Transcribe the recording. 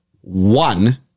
one